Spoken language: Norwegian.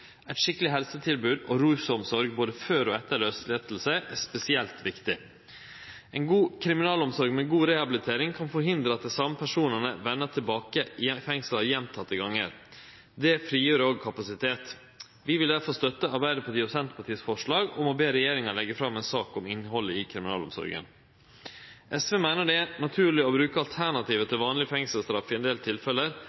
eit skikkeleg helsetilbod og rusomsorg både før og etter frigjeving er spesielt viktig. Ei god kriminalomsorg med god rehabilitering kan forhindre at dei same personane vender tilbake til fengselet gjentekne gonger. Det frigjev òg kapasitet. Vi vil difor støtte forslaget frå Arbeidarpartiet og Senterpartiets om å be regjeringa leggje fram ei sak om innhaldet i kriminalomsorga. SV meiner det er naturleg å bruke